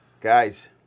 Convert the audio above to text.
Guys